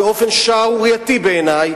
באופן שערורייתי בעיני,